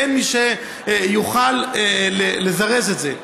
ואין מי שיוכל לזרז את זה.